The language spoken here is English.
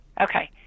Okay